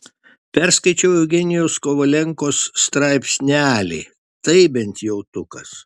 perskaičiau eugenijaus kovalenkos straipsnelį tai bent jautukas